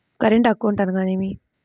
Current account అనగా ఏమిటి?